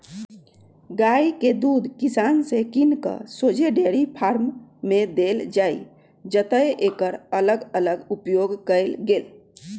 गाइ के दूध किसान से किन कऽ शोझे डेयरी फारम में देल जाइ जतए एकर अलग अलग उपयोग कएल गेल